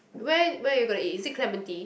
where where you all gonna eat is it Clementi